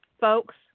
folks